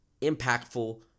impactful